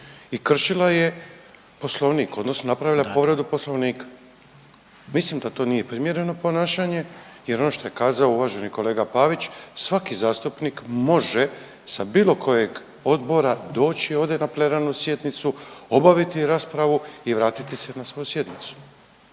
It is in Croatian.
i kršila je Poslovnik, odnosno napravila povredu Poslovnika. Mislim da to nije primjereno ponašanje, jer ono što je kazao uvaženi kolega Pavić svaki zastupnik može sa bilo kojeg odbora doći ovdje na plenarnu sjednicu, obaviti raspravu i vratiti se na svoju sjednicu.